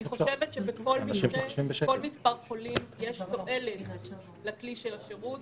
אני חושבת שבכל מספר חולים יש תועלת לכלי של השירות,